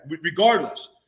regardless